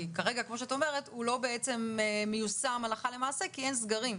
כי כרגע כמו שאת אומרת הוא לא בעצם מיושם הלכה למעשה כי אין סגרים.